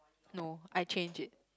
no I change it